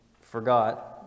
forgot